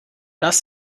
das